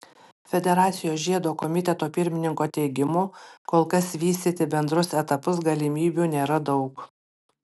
federacijos žiedo komiteto pirmininko teigimu kol kas vystyti bendrus etapus galimybių nėra daug